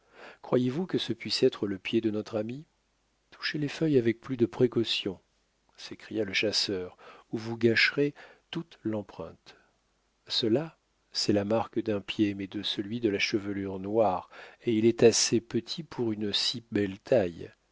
croyez-vous que ce puisse être le pied de notre ami touchez les feuilles avec plus de précaution s'écria le chasseur ou vous gâterez toute l'empreinte cela c'est la marque d'un pied mais de celui de la chevelure noire et il est assez petit pour une si belle taille